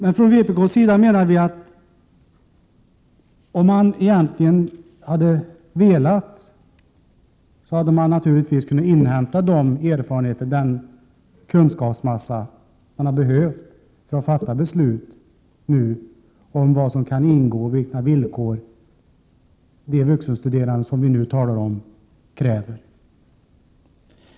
Vi från vpk menar att om man verkligen hade velat, hade man naturligtvis kunnat inhämta de erfarenheter och den kunskapsmassa man behövt för att nu fatta beslut om vilka villkor de vuxenstuderande som vi nu talar om skall ha.